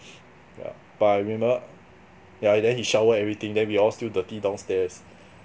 yeah but I remember ya he then he shower everything then we all still dirty downstairs